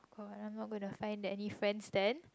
oh go I'm not gonna find that any friends then